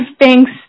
thanks